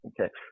Okay